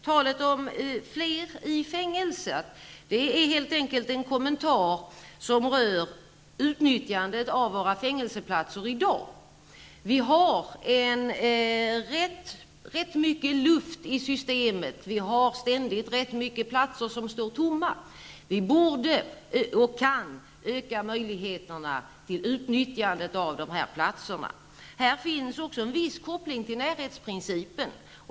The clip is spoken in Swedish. Talet om fler i fängelse är helt enkelt en kommentar som rör utnyttjandet av våra fängelseplatser i dag. Vi har rätt mycket luft i systemet. Vi har ständigt rätt många platser som står tomma. Vi kan öka möjligheterna till utnyttjande av de platserna. Här finns också en viss koppling till närhetsprincipen.